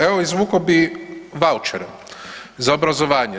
Evo izvukao bi vaučere za obrazovanje.